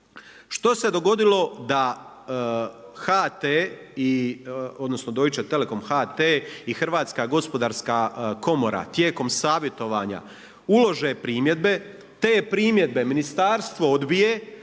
Što se dogodilo da HT odnosno Deutsche telekom HT i Hrvatska gospodarska komora tijekom savjetovanja ulože primjedbe. Te primjedbe ministarstvo odbije,